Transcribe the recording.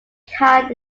kind